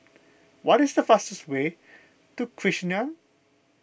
what is the fastest way to Chisinau